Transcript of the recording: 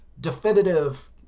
definitive